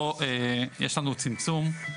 פה יש לנו צמצום.